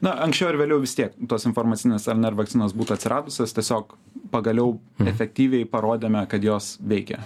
na anksčiau ar vėliau vis tiek tos informacinės rnr vakcinos būtų atsiradusios tiesiog pagaliau efektyviai parodėme kad jos veikia